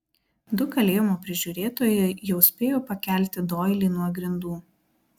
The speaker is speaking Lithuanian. du kalėjimo prižiūrėtojai jau spėjo pakelti doilį nuo grindų